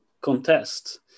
contest